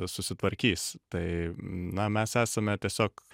susitvarkys tai na mes esame tiesiog